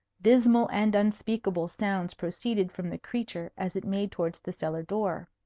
dismal and unspeakable sounds proceeded from the creature as it made towards the cellar-door.